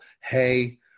hey